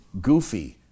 goofy